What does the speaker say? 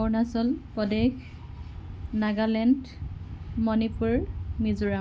Arunachal Pradesh Nagaland Manipur Mizoram